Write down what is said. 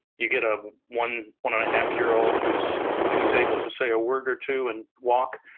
you get a one, one and a half year old who's who's able to say a word or two and walk,